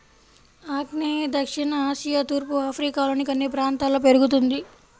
ఆగ్నేయ దక్షిణ ఆసియా తూర్పు ఆఫ్రికాలోని కొన్ని ప్రాంతాల్లో పెరుగుతుంది